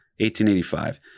1885